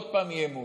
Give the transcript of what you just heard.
עוד פעם אי-אמון.